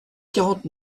quarante